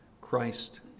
Christ